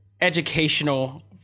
educational